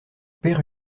père